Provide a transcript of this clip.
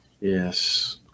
Yes